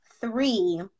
three